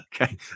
Okay